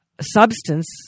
Substance